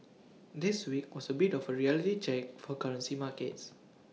this week was A bit of A reality check for currency markets